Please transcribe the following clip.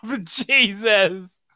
Jesus